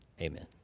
amen